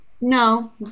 No